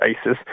ISIS